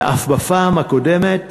ובפעם הקודמת